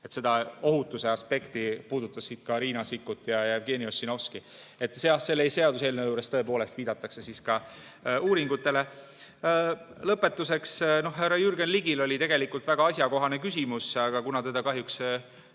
Seda ohutuse aspekti puudutasid ka Riina Sikkut ja Jevgeni Ossinovski. Selle seaduseelnõu juures tõepoolest viidatakse ka uuringutele. Lõpetuseks. Härra Jürgen Ligil oli tegelikult väga asjakohane küsimus, aga kuna teda kahjuks